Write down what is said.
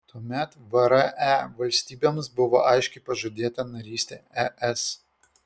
tuomet vre valstybėms buvo aiškiai pažadėta narystė es